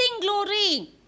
glory